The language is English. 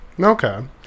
Okay